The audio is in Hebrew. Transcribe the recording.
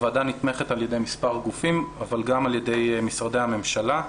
הוועדה נתמכת על ידי מספר גופים אבל גם על ידי משרדי הממשלה.